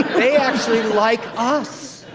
they actually like us.